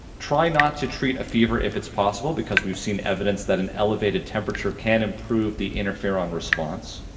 try not to treat a fever if it's possible, because we've seen evidence that an elevated temperature can improve the interferon response.